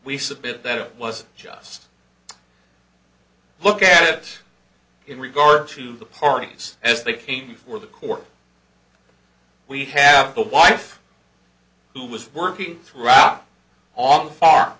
we submit that it was just a look at it in regard to the parties as they came before the court we have a wife who was working throughout on the far